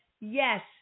Yes